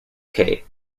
kate